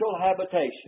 habitation